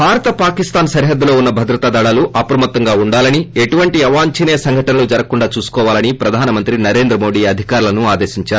భారత్ పాక్ సరిహద్దులో ఉన్న భద్రతా దళాలు అప్రమత్తంగా ఉండాలని ఎటువంటి అవాంఛనీయ సంఘటనలు జరగకుండా చూసుకోవాలని ప్రధాని మంత్రి నరేంద్ర మోడీ అధికారులను ఆదేశించారు